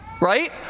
right